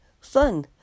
fun